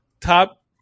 top